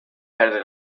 perdre